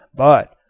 but,